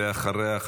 ואחריה,